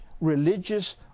religious